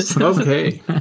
okay